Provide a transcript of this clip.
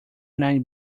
nine